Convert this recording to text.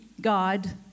God